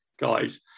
guys